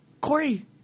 Corey